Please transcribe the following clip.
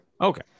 Okay